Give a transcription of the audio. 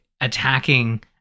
attacking